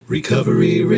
Recovery